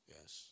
Yes